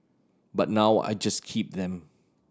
but now I just keep them